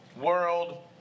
world